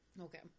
Okay